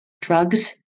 Drugs